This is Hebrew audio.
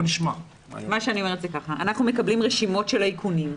אנחנו מקבלים רשימות של האיכונים.